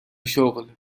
شغل